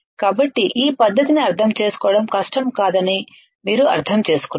కాబట్టి ఈ పద్ధతిని అర్థం చేసుకోవడం కష్టం కాదని మీరు అర్థం చేసుకున్నారు